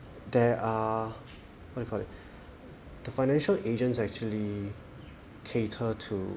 there are what you call it the financial agents actually cater to